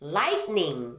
lightning